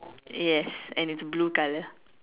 yes and it's blue colour